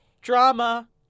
Drama